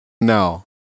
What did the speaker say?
No